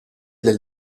del